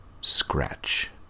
Scratch